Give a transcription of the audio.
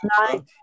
night